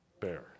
bear